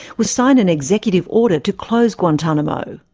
was sign an executive order to close guantanamo.